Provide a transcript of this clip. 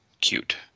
cute